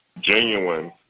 genuine